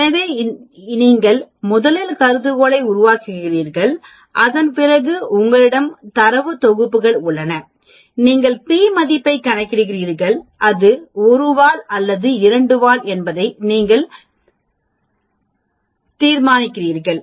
எனவே நீங்கள் முதலில் கருதுகோளை உருவாக்குகிறீர்கள் அதன் பிறகு உங்களிடம் தரவுத் தொகுப்புகள் உள்ளன நீங்கள் p மதிப்பைக் கணக்கிடுங்கள் அது ஒரு வால் அல்லது இரண்டு வால் என்பதை நீங்கள் தீர்மானிக்கிறீர்கள்